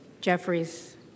Jeffries